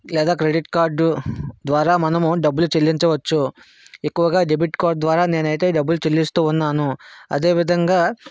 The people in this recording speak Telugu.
లేదా క్రెడిట్ కార్డు ద్వారా మనము డబ్బులు చెల్లించవచ్చు ఎక్కువగా డెబిట్ కార్డ్ ద్వారా నేనైతే డబ్బులు చెల్లిస్తూ ఉన్నాను అదేవిధంగా